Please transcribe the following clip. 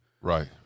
Right